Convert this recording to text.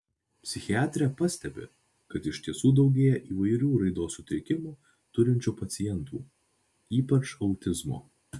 psichiatrė pastebi kad iš tiesų daugėja įvairių raidos sutrikimų turinčių pacientų ypač autizmo